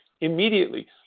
immediately